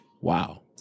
Wow